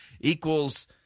equals